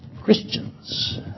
Christians